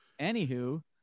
anywho